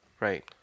right